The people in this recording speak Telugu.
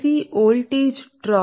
సై లాంబ్డాకు సమానం ƛLi